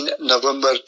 November